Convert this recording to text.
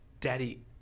Daddy